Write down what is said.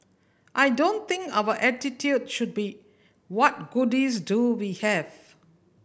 I don't think our attitude should be what goodies do we have